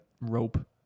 rope